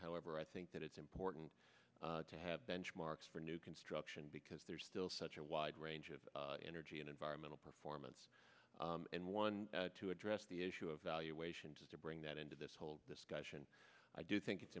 however i think that it's important to have benchmarks for new construction because there's still such a wide range of energy and environmental performance and one to address the issue of valuation to bring that into this whole discussion i do think it's